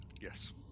Yes